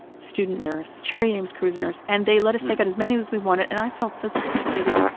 student nurse, cherry ames, cruise nurse, and they let us take out as many as we wanted. and i felt so sophisticated.